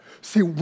See